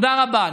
תודה רבה.